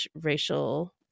racial